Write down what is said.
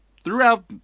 throughout